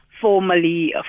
formally